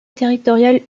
territoriale